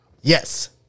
Yes